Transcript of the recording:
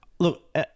Look